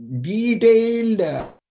detailed